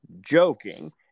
joking